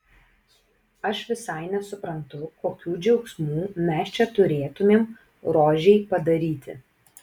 aš visai nesuprantu kokių džiaugsmų mes čia turėtumėm rožei padaryti